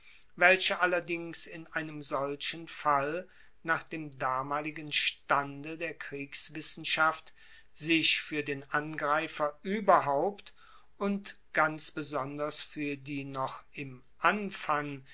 welche allerdings in einem solchen fall nach dem damaligen stande der kriegswissenschaft sich fuer den angreifer ueberhaupt und ganz besonders fuer die noch im anfang